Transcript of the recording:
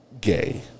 gay